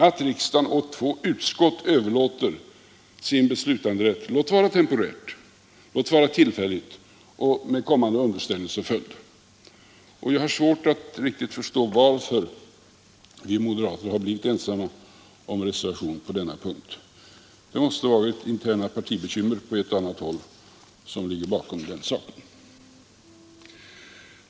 Att riksdagen åt två utskott överlåter sin beslutanderätt — låt vara tillfälligt och med kommande underställelseföljd — finner jag inte principiellt riktigt, och jag har svårt att förstå varför vi moderater har blivit ensamma om reservationen på denna punkt. Det måste ha varit interna partibekymmer på ett och annat håll som ligger bakom.